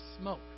smoke